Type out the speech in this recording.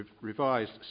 revised